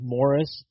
Morris